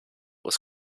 was